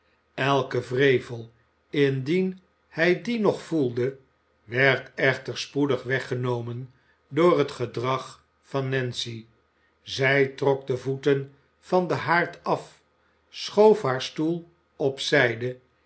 elke wrevel indien hij dien nog voelde werd echter spoedig weggenomen door het gedrag van nancy zij trok de voeten van den haard af schoof haar stoel op zijde